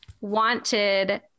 wanted